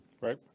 right